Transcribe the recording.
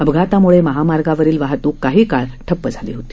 अपघाताम्ळे महामार्गावरील वाहतूक काही काळ ठप्प होती